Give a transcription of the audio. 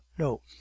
No